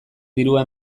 dirua